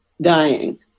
dying